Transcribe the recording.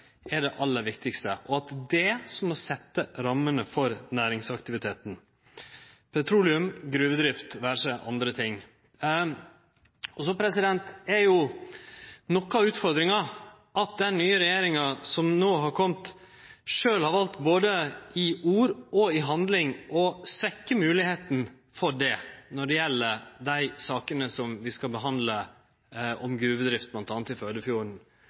er det aller viktigaste. Det er det som må setje rammene for næringsaktiviteten, petroleumsverksemda og gruvedrift eller andre ting. Så er noko av utfordringa at den nye regjeringa som no har kome, sjølv har valt, både i ord og handling, å svekkje moglegheita for det når det gjeld dei sakene som vi skal behandle om gruvedrift bl.a. i